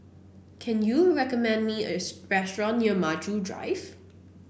can you recommend me a special restaurant near Maju Drive